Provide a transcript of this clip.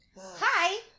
Hi